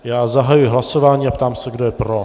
Já zahajuji hlasování a ptám se, kdo je pro.